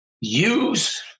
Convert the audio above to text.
Use